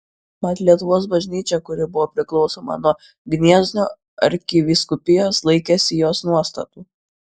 mat lietuvos bažnyčia kuri buvo priklausoma nuo gniezno arkivyskupijos laikėsi jos nuostatų